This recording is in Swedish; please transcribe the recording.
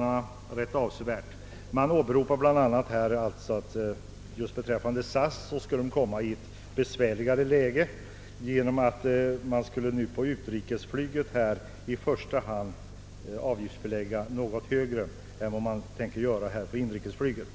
Beträffande SAS åberopar man att bolaget skulle komma i ett besvärligare läge genom att man i första hand avser att införa högre avgifter på utrikesflyget än på inrikesflyget.